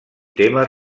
temes